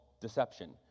deception